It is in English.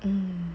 hmm